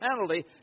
penalty